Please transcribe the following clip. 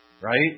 Right